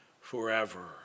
forever